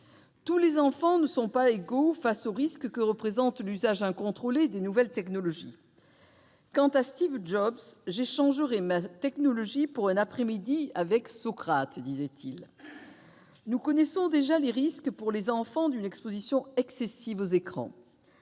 Tous les enfants ne sont pas égaux face aux risques que représente l'usage incontrôlé des nouvelles technologies ...« J'échangerai toute ma technologie pour un après-midi avec Socrate », disait pour sa part Steve Jobs. Nous connaissons déjà les risques, pour les enfants, d'une exposition excessive aux écrans